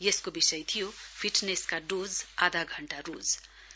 यसको विषय थियो फिटनेसका डोज आधाघण्टा रोज